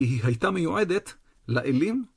היא הייתה מיועדת לאלים